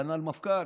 כנ"ל מפכ"ל.